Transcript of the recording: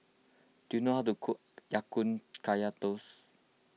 do you know how to cook Ya Kun Kaya Toast